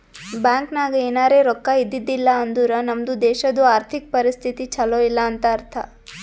bank ನಾಗ್ ಎನಾರೇ ರೊಕ್ಕಾ ಇದ್ದಿದ್ದಿಲ್ಲ ಅಂದುರ್ ನಮ್ದು ದೇಶದು ಆರ್ಥಿಕ್ ಪರಿಸ್ಥಿತಿ ಛಲೋ ಇಲ್ಲ ಅಂತ ಅರ್ಥ